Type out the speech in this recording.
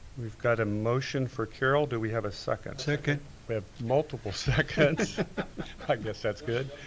we've got a motion for carol, do we have a second? second. we have multiple seconds i guess that's good.